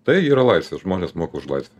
tai yra laisvė žmonės moka už laisvę